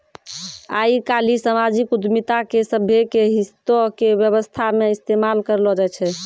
आइ काल्हि समाजिक उद्यमिता के सभ्भे के हितो के व्यवस्था मे इस्तेमाल करलो जाय छै